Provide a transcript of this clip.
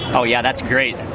oh yeah, that's great.